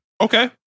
Okay